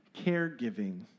caregiving